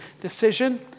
decision